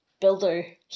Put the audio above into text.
builder